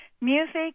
Music